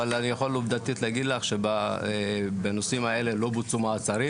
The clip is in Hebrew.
אבל אני יכול עובדתית להגיד לך שבנושאים האלה לא בוצעו מעצרים.